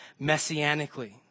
messianically